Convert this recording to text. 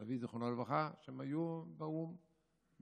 סבי, זיכרונו לברכה, והם היו באו"ם ב-1948-1947.